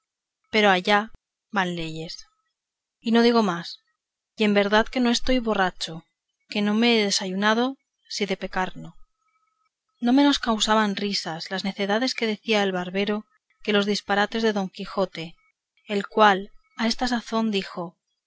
pero allá van leyes etcétera y no digo más y en verdad que no estoy borracho que no me he desayunado si de pecar no no menos causaban risa las necedades que decía el barbero que los disparates de don quijote el cual a esta sazón dijo